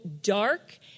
dark